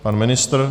Pan ministr?